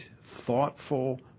thoughtful